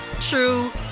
true